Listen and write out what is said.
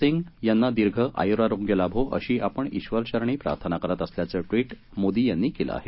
सिंग यांना दिर्घ आयुरारोग्य लाभो अशी आपण श्विर चरणी प्रार्थना करत असल्याचं ट्विट मोदी यांनी केलं आहे